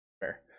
fair